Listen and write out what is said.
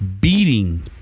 beating